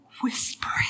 whispering